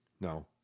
No